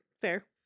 Fair